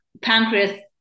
pancreas